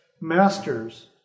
masters